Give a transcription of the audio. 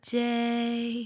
day